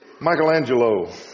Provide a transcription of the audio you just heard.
Michelangelo